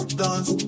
dance